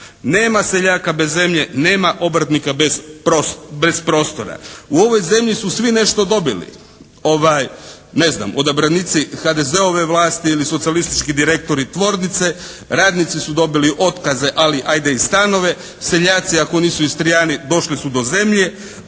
Nema seljaka bez zemlje, nema obrtnika bez prostora. U ovoj zemlji su svi nešto dobili. Ne znam, odabranici HDZ-ove vlasti ili socijalistički direktori tvornice, radnici su dobili otkaze ali ajde i stanove. Seljaci ako nisu Istrijani došli su do zemlje.